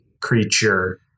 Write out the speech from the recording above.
creature